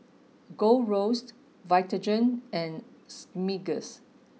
Gold Roast Vitagen and Smiggle